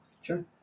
Sure